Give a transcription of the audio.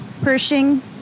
Pershing